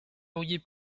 auriez